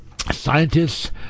scientists